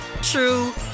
true